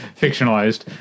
fictionalized